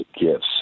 gifts